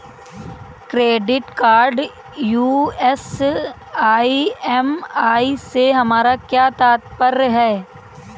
Credit card यू.एस EMI से हमारा क्या तात्पर्य है?